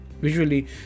visually